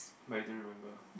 but you don't remember